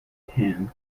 tan